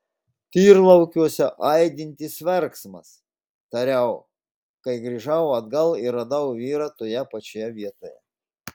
tyrlaukiuose aidintis verksmas tariau kai grįžau atgal ir radau vyrą toje pačioje vietoje